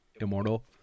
Immortal